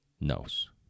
knows